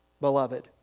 beloved